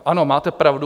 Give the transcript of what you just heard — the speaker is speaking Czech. Ano, máte pravdu.